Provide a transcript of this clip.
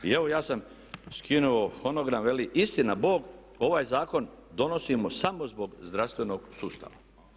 I evo ja sam skinuo fonogram, veli istina Bog ovaj zakon donosimo samo zbog zdravstvenog sustava.